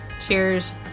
Cheers